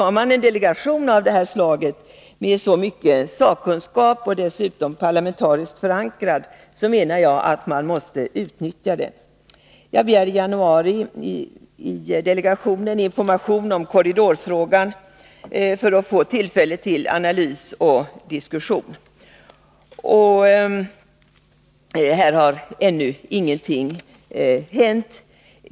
Har man en delegation av det här slaget, som har så mycken sakkunskap och som dessutom är parlamentariskt förankrad, menar jag att man måste utnyttja den. Jag begärde i januari i delegationen information om korridorfrågan för att få tillfälle till analys och diskussion. Här har ännu ingenting hänt.